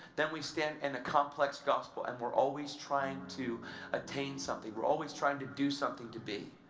then we stand in a complex gospel, and we're always trying to attain something, we're always trying to do something, to be.